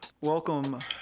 Welcome